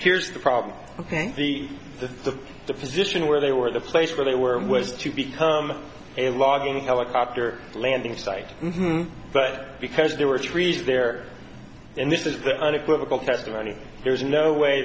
here's the problem the to the position where they were the place where they were to become a logging helicopter landing site but because there were trees there and this is the unequivocal testimony there is no way